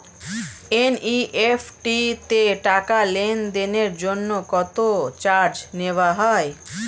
NEFT তে টাকা লেনদেনের জন্য কত চার্জ নেয়া হয়?